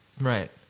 Right